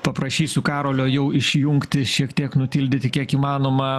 paprašysiu karolio jau išjungti šiek tiek nutildyti kiek įmanoma